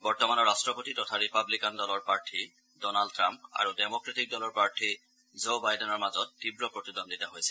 বৰ্তমানৰ ৰট্টপতি তথা ৰিপাব্লিকান দলৰ প্ৰাৰ্থী ডনাল্ড ট্ৰাম্প আৰু ডেমক্ৰেটিক দলৰ প্ৰাৰ্থী জো বাইডেনৰ মাজত তীৱ প্ৰতিদ্বন্দ্বিতা হৈছে